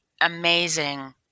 amazing